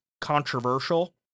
controversial